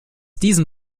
diesen